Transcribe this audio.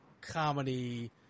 comedy